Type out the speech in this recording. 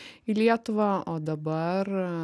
į lietuvą o dabar